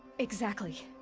exactly.